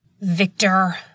Victor